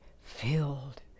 Filled